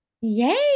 Yay